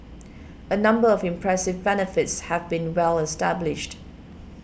a number of impressive benefits have been well established